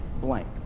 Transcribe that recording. blank